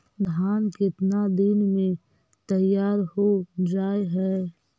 धान केतना दिन में तैयार हो जाय है?